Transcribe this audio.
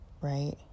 right